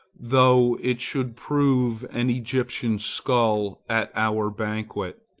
though it should prove an egyptian skull at our banquet.